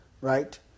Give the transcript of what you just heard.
Right